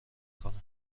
کنه